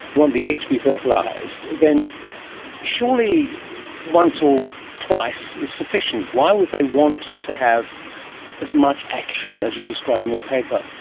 the egg to be fertilised, then surely once or twice is sufficient. why would they want to have as much action as you describe in your paper?